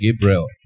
Gabriel